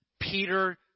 Peter